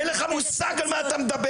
אין לך מושג על מה אתה מדבר.